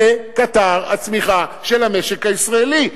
זה קטר הצמיחה של המשק הישראלי,